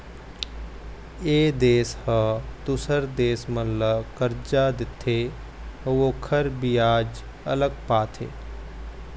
ए देश ह दूसर देश मन ल करजा देथे अउ ओखर बियाज अलग पाथे